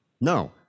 No